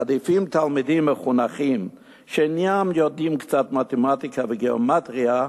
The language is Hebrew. עדיפים תלמידים מחונכים שאינם יודעים קצת מתמטיקה וגיאומטריה,